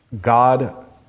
God